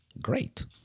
great